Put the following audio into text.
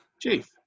Chief